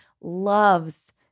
loves